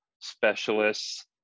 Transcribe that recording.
specialists